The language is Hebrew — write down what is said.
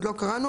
לא קראנו.